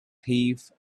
thief